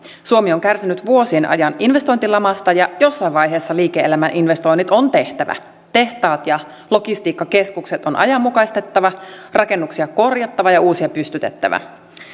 suomi on kärsinyt vuosien ajan investointilamasta ja jossain vaiheessa liike elämän investoinnit on tehtävä tehtaat ja logistiikkakeskukset on on ajanmukaistettava rakennuksia korjattava ja uusia pystytettävä